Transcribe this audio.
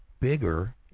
bigger